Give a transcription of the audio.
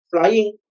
flying